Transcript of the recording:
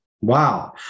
Wow